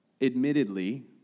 admittedly